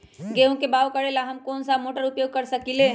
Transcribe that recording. गेंहू के बाओ करेला हम कौन सा मोटर उपयोग कर सकींले?